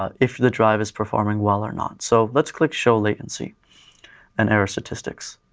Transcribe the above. ah if the drive is performing well or not. so let's click show latency and error statistics.